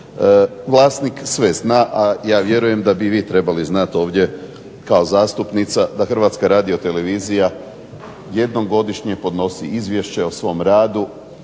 Vlasnik sve zna, a ja vjerujem da bi vi trebali znati kao zastupnica da Hrvatska radiotelevizija jednom godišnje podnosi izvješće o svom radu